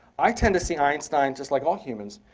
i tend to see einstein just like all humans,